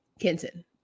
Kenton